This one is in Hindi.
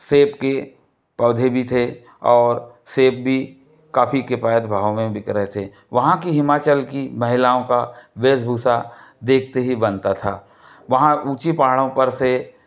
सेब के पौधे भी थे और सेब भी काफी किफायती भाव में बिक रहे थे वहाँ की हिमाचल की माहिलाओं का वेशभूषा देखते ही बनता था वहाँ ऊँची पहाड़ों पर से